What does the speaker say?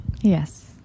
yes